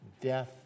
death